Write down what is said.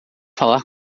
falar